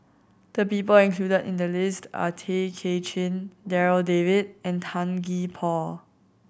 the people included in the list are Tay Kay Chin Darryl David and Tan Gee Paw